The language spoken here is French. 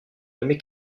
nommé